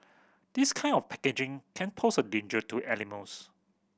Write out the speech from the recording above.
this kind of packaging can pose a danger to animals